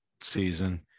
season